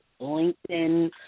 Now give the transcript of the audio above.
LinkedIn